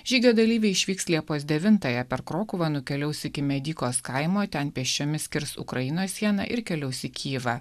žygio dalyviai išvyks liepos devintąją per krokuvą nukeliaus iki medykos kaimo ten pėsčiomis kirs ukrainos sieną ir keliaus į kijevą